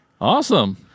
awesome